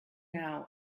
now